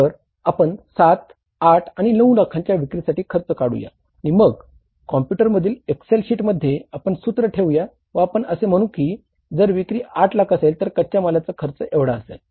तर आपण 7 8 आणि 9 लाखांच्या विक्रीसाठी खर्च काढूया आणि मग कॉम्पुटर मधील एक्ससेल शीटमध्ये ठेवूया व आपण असे म्हणू की जर विक्री 8 लाख असेल तर कच्या मालाचा खर्च एवढा असेल